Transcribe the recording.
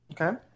Okay